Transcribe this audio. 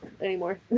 anymore